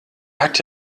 hat